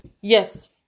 Yes